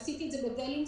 עשיתי את זה בבלינסון,